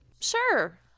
Sure